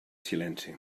silenci